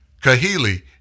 Kahili